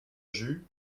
jus